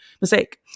mistake